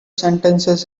sentences